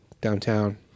downtown